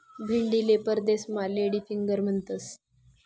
भेंडीले परदेसमा lady finger म्हणतंस